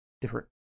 different